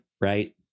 right